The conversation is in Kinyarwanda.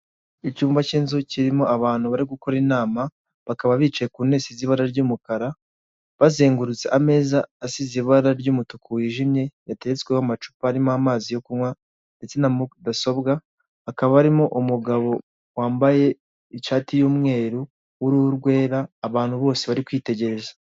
Icyumba cy'inzu kirimo abantu bari gukora inama, bakaba bicaye ku ntebe zisize ibara ry'umukara, bazengurutse ameza asize ibara ry'umutuku wijimye, yateretsweho amacupa arimo amazi yo kunywa ndetse na mudasobwa, hakaba harimo umugabo wambaye ishati y'umweru w'uruhu rwera, abantu bose bari kwitegereza.